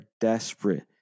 desperate